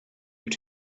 you